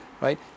right